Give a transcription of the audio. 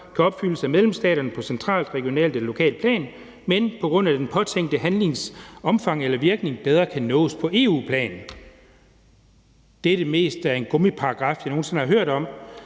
kan opfyldes af medlemsstaterne på centralt, regionalt eller lokalt plan, men på grund af den påtænkte handlings omfang eller virkninger bedre kan nås på EU-plan«. Det er den mest gummiagtige paragraf, jeg nogen sinde har hørt om.